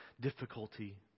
difficulty